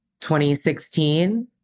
2016